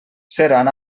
seran